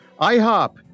IHOP